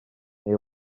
neu